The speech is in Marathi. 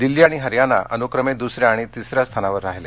दिल्ली आणि हरीयाना अनुक्रमे दुसऱ्या आणि तिसऱ्या स्थानावर राहीले